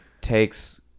takes